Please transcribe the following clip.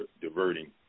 diverting